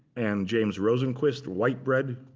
and james rosenquist, white bread